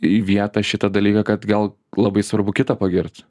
į vietą šitą dalyką kad gal labai svarbu kitą pagirt